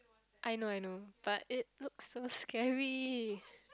I know I know but it looks so scary